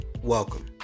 welcome